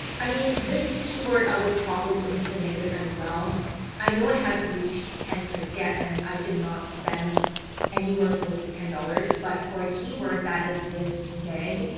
i mean this keyword, i would probably put into the negative as i know it hasn't reached ten clicks yet and i did not spend any where close to ten dollars but for a keyword that is this vague,